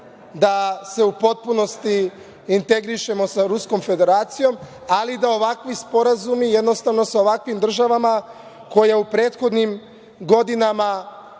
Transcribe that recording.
da se u potpunosti integrišemo sa Ruskom Federacijom, ali ovakvi sporazumi sa ovakvim državama, koja u prethodnim godinama